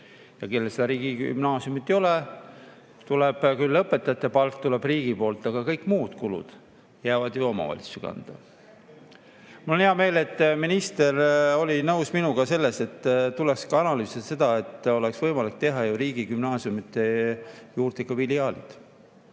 Ja kellel riigigümnaasiumit ei ole, neil tuleb küll õpetajate palk riigilt, aga kõik muud kulud jäävad ju omavalitsuse kanda. Mul on hea meel, et minister oli nõus minuga selles, et tuleks ka analüüsida seda, et oleks võimalik teha ju riigigümnaasiumide juurde filiaalid.